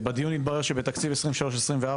בדיון התברר שבתקציב 23-24,